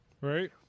Right